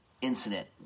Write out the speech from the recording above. incident